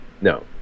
No